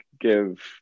give